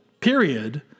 period